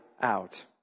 out